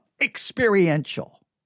experiential